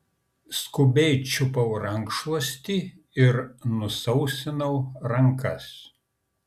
skubiai čiupau rankšluostį ir nusausinau rankas